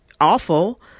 awful